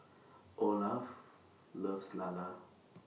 Olaf loves Lala